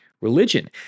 religion